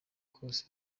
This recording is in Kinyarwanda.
kose